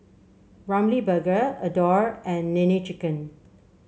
Ramly Burger Adore and Nene Chicken